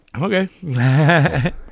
Okay